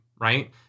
right